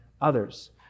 others